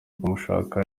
kumushaka